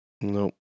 Nope